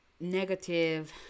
negative